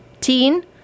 teen